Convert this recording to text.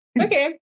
Okay